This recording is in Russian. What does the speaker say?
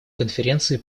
конференции